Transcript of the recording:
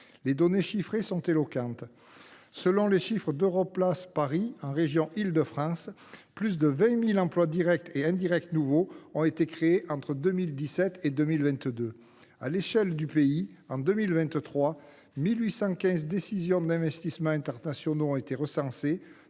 Les données chiffrées sont éloquentes. Selon les chiffres de Paris Europlace, en Île de France, plus de 20 000 nouveaux emplois directs et indirects ont été créés entre 2017 et 2022. À l’échelle du pays, en 2023, quelque 1 815 décisions d’investissement international ont été recensées,